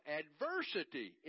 adversity